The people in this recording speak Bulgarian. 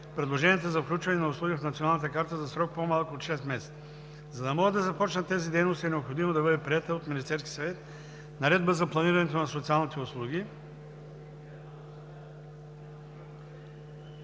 предложенията за включване на услуги в Националната карта за срок по-малък от 6 месеца. За да могат да започнат тези дейности, е необходимо да бъде приета от Министерския съвет Наредба за планирането на социалните услуги.